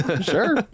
sure